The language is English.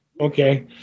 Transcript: Okay